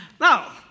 Now